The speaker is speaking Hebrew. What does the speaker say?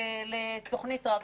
לתוכנית רב-שנתית.